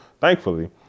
Thankfully